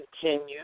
continue